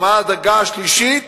מהמדרגה השלישית